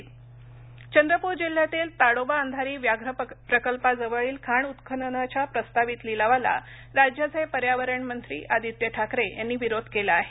आदित्य ठाकरे चंद्रपूर जिल्ह्यातील ताडोबा अंधारी व्याघ्र प्रकल्पाजवळील खाण उत्खननाच्या प्रस्तावित लिलावाला राज्याचे पर्यावरण मंत्री आदित्य ठाकरे यांनी विरोध केला आहे